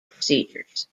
procedures